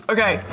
Okay